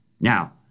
Now